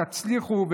תצליחו,